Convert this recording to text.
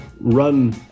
run